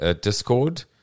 Discord